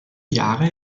jahre